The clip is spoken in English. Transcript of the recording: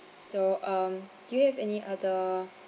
so um do you have any other